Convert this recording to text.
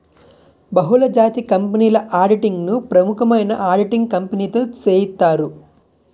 బహుళజాతి కంపెనీల ఆడిటింగ్ ను ప్రముఖమైన ఆడిటింగ్ కంపెనీతో సేయిత్తారు